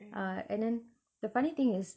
uh and then the funny thing is